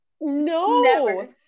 No